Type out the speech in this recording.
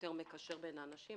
יותר מקשר בין האנשים,